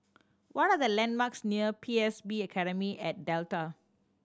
what are the landmarks near P S B Academy at Delta